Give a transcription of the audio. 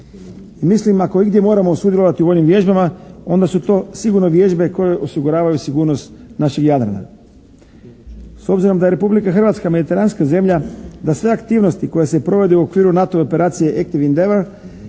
I mislim ako igdje moramo sudjelovati u vojnim vježbama onda su to sigurno vježbe koje osiguravaju sigurnost našeg Jadrana. S obzirom da je Republika Hrvatska mediteranska zemlja, da sve aktivnosti koje se provode u okviru NATO operacije "Active endeavour"